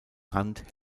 hand